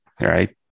right